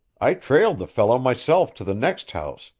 i trailed the fellow myself to the next house,